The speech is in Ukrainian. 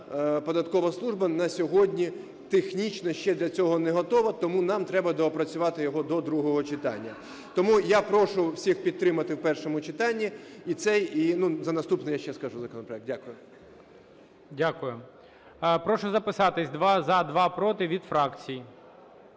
податкова служба на сьогодні технічно ще до цього не готова, тому нам треба доопрацювати його до другого читання. Тому я прошу всіх підтримати в першому читанні і цей, і… Ну, за наступний я ще скажу законопроект. Дякую. ГОЛОВУЮЧИЙ. Дякую. Прошу записатись: два – за, два – проти від фракцій.